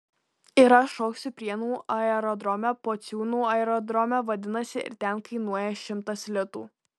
ir aš šoksiu prienų aerodrome pociūnų aerodrome vadinasi ir ten kainuoja šimtas litų